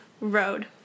Road